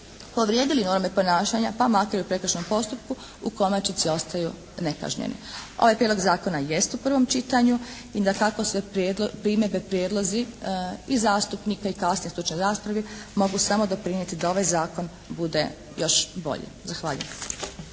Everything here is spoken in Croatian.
povrijedili norme ponašanja, pa makar i u prekršajnome postupku u konačnici ostaju nekažnjeni. Ovaj prijedlog zakona jest u prvom čitanju i dakako sve primjedbe, prijedlozi i zastupnika i kasnije u stručnoj raspravi mogu samo doprinijeti da ovaj zakon bude još bolji. Zahvaljujem.